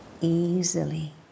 easily